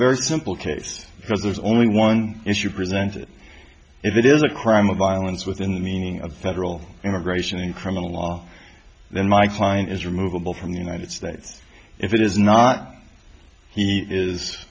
very simple case because there's only one issue presented if it is a crime of violence within the meaning of federal immigration in criminal law then my client is removable from the united states if it is not he is